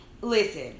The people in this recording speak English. listen